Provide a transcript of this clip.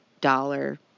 dollar